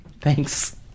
Thanks